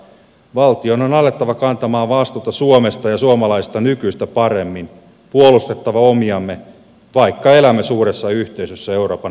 valtion on alettava kantamaan vastuuta suomesta ja suomalaisista nykyistä paremmin puolustettava omiamme vaikka elämme suuressa yhteisössä euroopan unionissa